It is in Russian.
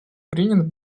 принят